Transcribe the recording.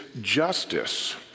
justice